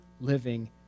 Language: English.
living